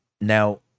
now